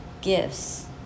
gifts